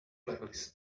playlist